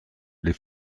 les